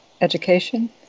education